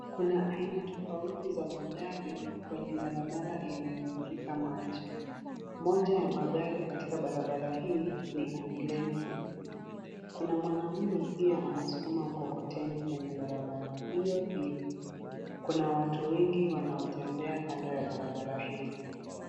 Kuna aina tofauti za magari kwenye barabara iliyofurika maji. Moja ya magari katika barabara hii ni ambulensi. Kuna mwanaume pia anaskuma mkokoteni kwenye barabara hiyohiyo. Kuna watu wengi wanaotembea kando ya barabara hili.